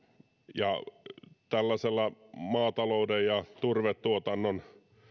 ja tällaisilla maatalouden ja turvetuotannon